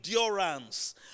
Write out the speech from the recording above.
endurance